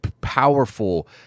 powerful